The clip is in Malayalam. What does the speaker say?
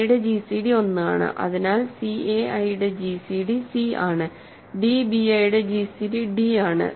ai യുടെ gcd 1 ആണ് അതിനാൽ cai യുടെ gcd c ആണ് dbi യുടെ gcd d ആണ്